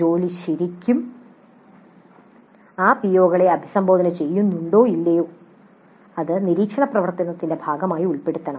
ജോലി ശരിക്കും ആ പിഒകളെ അഭിസംബോധന ചെയ്യുന്നുണ്ടോ ഇല്ലയോ അത് നിരീക്ഷണ പ്രവർത്തനത്തിന്റെ ഭാഗമായി ഉൾപ്പെടുത്തണം